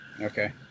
Okay